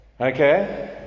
Okay